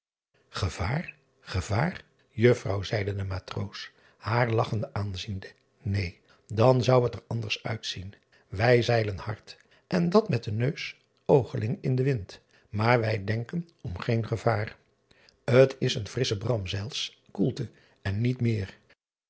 evaar gevaar uffrouw zeide de matroos haar lagchende aanziende neen dan zou het er anders uitzien ij zeilen hard en dat met den neus oogeling in den wind maar wij denken om geen gevaar t s een frissche bramzeils koelte en niet meer